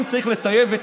אם צריך לטייב את